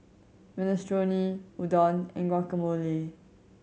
Minestrone Udon and Guacamole